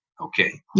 Okay